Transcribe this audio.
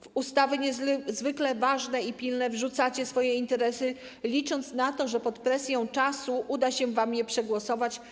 W ustawy niezwykle ważne i pilne wrzucacie swoje interesy, licząc na to, że pod presją czasu uda się wam je przegłosować.